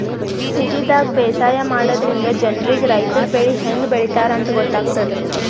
ಸಿಟಿದಾಗ್ ಬೇಸಾಯ ಮಾಡದ್ರಿನ್ದ ಜನ್ರಿಗ್ ರೈತರ್ ಬೆಳಿ ಹೆಂಗ್ ಬೆಳಿತಾರ್ ಅಂತ್ ಗೊತ್ತಾಗ್ತದ್